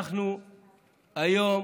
אנחנו היום